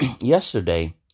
Yesterday